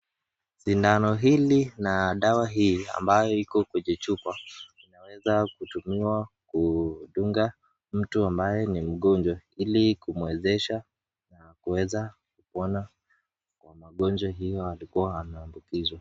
sindano hili na dawa hii ambayo iko kwenye chupa, inaweza kutumiwa kundunga mtu ambaye ni mgonjwa ili kumwezesha na kuweza